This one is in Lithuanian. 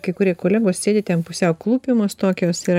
kai kurie kolegos sėdi ten pusiau klūpimos tokios yra